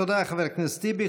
תודה, חבר הכנסת טיבי.